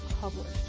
published